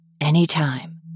Anytime